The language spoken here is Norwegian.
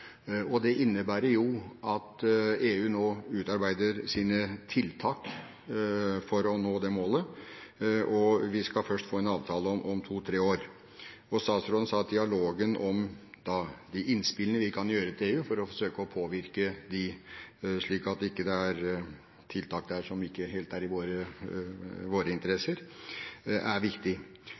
Det innebærer at EU nå utarbeider sine tiltak for å nå det målet, og vi skal først få en avtale om to–tre år. Statsråden sa at dialogen om de innspillene vi kan komme med til EU for å forsøke å påvirke, slik at det ikke er tiltak der som ikke helt er i vår interesse, er viktig.